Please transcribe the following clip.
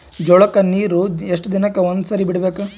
ಜೋಳ ಕ್ಕನೀರು ಎಷ್ಟ್ ದಿನಕ್ಕ ಒಂದ್ಸರಿ ಬಿಡಬೇಕು?